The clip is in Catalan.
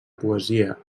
poesia